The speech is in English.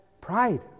Pride